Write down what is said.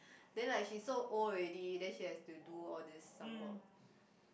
then like she so old already then she has to do all these some more